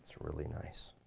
really nice.